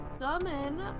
summon